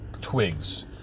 twigs